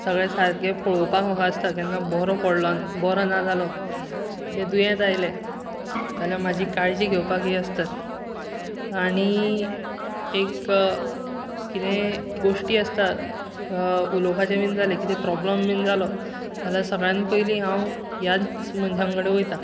सगळें सारकें पळोवपाक म्हाका आसता केन्ना बोरो पडलो बोरो ना जालो वें दुयेंत आयलें जाल्या म्हाजी काळजी घेवपाक हीं आसतात आनी एक अं कितेंय गोश्टी आसतात उलोवपाचें बी जालें कितें प्राॅब्लम बी जालो जाल्यार सगळ्यांत पयलीं हांव ह्याच मनशां कडेन वयता